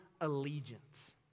allegiance